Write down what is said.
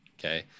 Okay